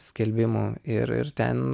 skelbimų ir ir ten